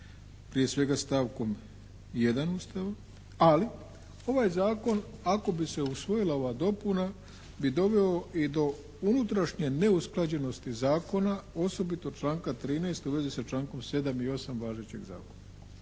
prije svega stavkom 1. Ustava, ali ovaj zakon ako bi se usvojila ova dopuna bi doveo i do unutrašnje neusklađenosti zakona, osobito članka 13. u vezi sa člankom 7. i 8. važećeg zakona.